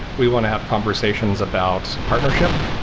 we want to have conversations about partnership,